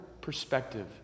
perspective